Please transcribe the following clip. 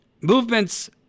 Movements